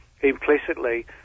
implicitly